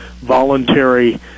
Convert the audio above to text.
voluntary